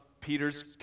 Peter's